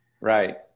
Right